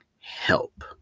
help